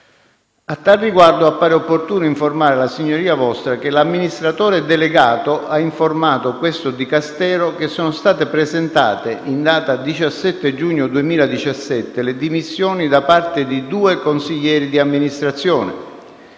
A tal riguardo appare opportuno informare la Signoria Vostra che l'amministratore delegato ha informato questo Dicastero che sono state presentate, in data 17 giugno 2017, le dimissioni da parte di due consiglieri di amministrazione